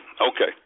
Okay